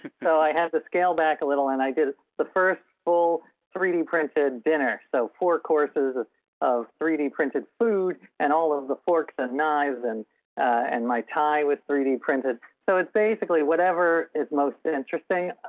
so i have to scale back a little bit and i did it the first full three d printed dinner so four courses ah of three d printed food and all of the forks and knives and and my tie was three d printed so it's basically whatever is most interesting,